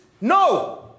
No